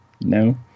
No